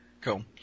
Cool